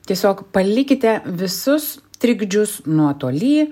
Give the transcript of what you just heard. tiesiog palikite visus trikdžius nuotoly